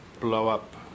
blow-up